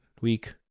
week